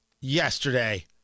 yesterday